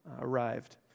arrived